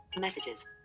messages